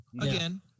Again